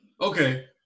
Okay